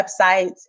websites